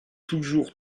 toujours